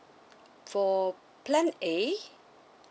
for plan a